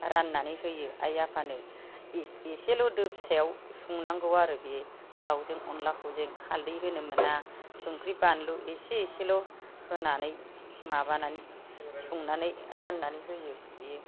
राननानै होयो आइ आफानो एसेल' दो फिसायाव संनांगौ आरो बे दाउजों अनलाखौजों हालदै होनो मोना संख्रि बानलु एसे एसेल' होन्नानै माबानानै संनानै राननानै होयो बियो